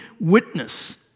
witness